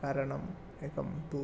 कारणम् एकं तु